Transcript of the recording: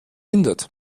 windet